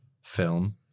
film